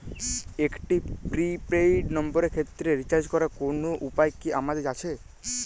একটি prepaid নম্বরের ক্ষেত্রে রিচার্জ করার কোনো উপায় কি আমাদের আছে?